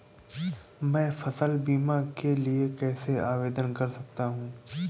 मैं फसल बीमा के लिए कैसे आवेदन कर सकता हूँ?